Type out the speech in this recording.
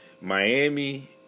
miami